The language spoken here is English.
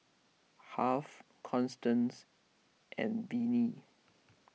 Harve Constance and Vennie